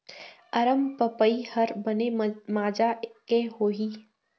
अरमपपई हर बने माजा के होही?